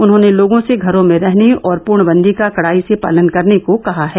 उन्होंने लोगों से घरों में रहने और पूर्णबंदी का कड़ाई से पालन करने को कहा है